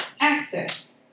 Access